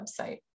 website